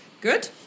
good